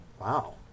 Wow